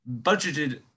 budgeted